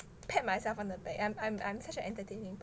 pet myself on the back I'm I'm I'm such an entertaining person